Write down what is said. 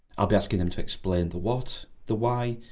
i'll be asking them to explain the what, the why,